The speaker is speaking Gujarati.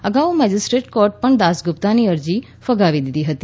અગાઉ મેજીસેસેટ કોર્ટે પણ દાસગુપ્તાની જામીન અરજી ફગાવી દીધી હતી